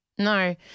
No